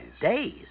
Days